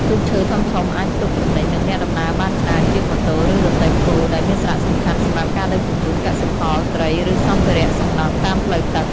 ទូកឈើធំៗអាច ផ្ទុកទំនិញ និងអ្នកដំណើរបានច្រើន ជាងម៉ូតូ ឬរទេះគោ ដែលមានសារៈសំខាន់សម្រាប់ការដឹកជញ្ជូនកសិផល ត្រី ឬសម្ភារៈសំណង់តាមផ្លូវទឹក ។